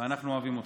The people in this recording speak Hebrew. ואנחנו אוהבים אותך.